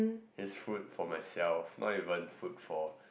it's food for myself not even food for